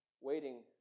waiting